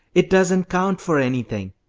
it doesn't count for anything.